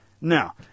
Now